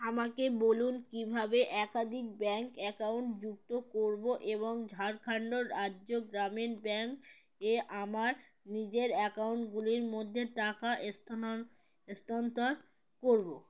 আমাকে বলুন কীভাবে একাধিক ব্যাঙ্ক অ্যাকাউন্ট যুক্ত করবো এবং ঝাড়খণ্ড রাজ্য গ্রামীণ ব্যাঙ্ক এ আমার নিজের অ্যাকাউন্টগুলির মধ্যে টাকা স্থানান্তর করবো